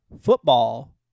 football